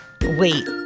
Wait